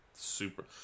Super